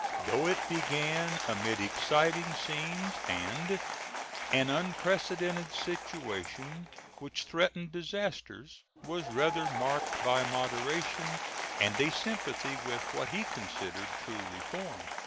though it began amid exciting scenes and an unprecedented situation which threatened disasters, was rather marked by moderation and a sympathy with what he considered true reform.